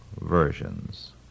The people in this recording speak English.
versions